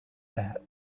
that